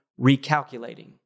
Recalculating